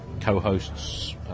co-hosts